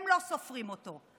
הם לא סופרים אותו.